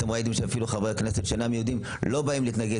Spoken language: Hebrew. אתם ראיתם שאפילו חברי כנסת שאינם יהודים לא באים להתנגד